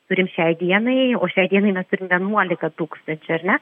turim šiai dienai o šiai dienai mes turim vienuolika tūkstančių ar ne